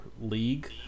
league